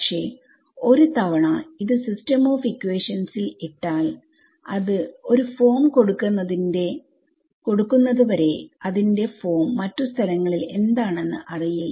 പക്ഷേ ഒരുതവണ ഇത് സിസ്റ്റം ഓഫ് ഇക്വേഷൻസിൽ ഇട്ടാൽ ഞാൻ ഒരു ഫോം കൊടുക്കുന്നതുവരെ അതിന്റെ ഫോം മറ്റു സ്ഥലങ്ങളിൽ എന്താണെന്ന് അറിയില്ല